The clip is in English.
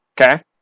Okay